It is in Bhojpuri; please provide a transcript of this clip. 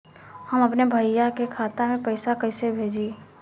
हम अपने भईया के खाता में पैसा कईसे भेजी?